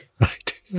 Right